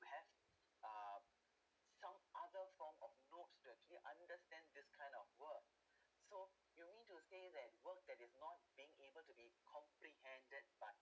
we have err some other form of notes dirty you understand this kind of work so you mean tuesdays at work that is not being able to be comprehended part